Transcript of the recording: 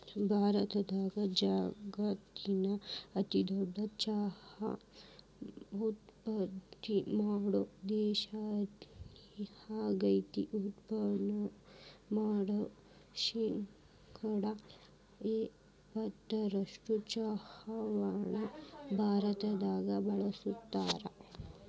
ಭಾರತ ಜಗತ್ತಿನ ಅತಿದೊಡ್ಡ ಚಹಾ ಉತ್ಪಾದನೆ ಮಾಡೋ ದೇಶ ಆಗೇತಿ, ಉತ್ಪಾದನೆ ಮಾಡಿದ ಶೇಕಡಾ ಎಪ್ಪತ್ತರಷ್ಟು ಚಹಾವನ್ನ ಭಾರತದಾಗ ಬಳಸ್ತಾರ